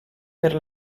per